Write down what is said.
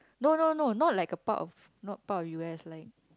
no no no not like a part of not part of u_s like